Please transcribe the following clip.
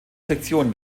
sektion